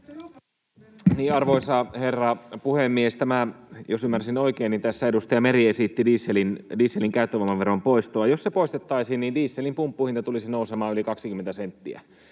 Arvoisa herra puhemies! Jos ymmärsin oikein, niin tässä edustaja Meri esitti dieselin käyttövoimaveron poistoa. Jos se poistettaisiin, niin dieselin pumppuhinta tulisi nousemaan yli 20 senttiä.